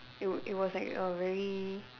it w~ it was like a very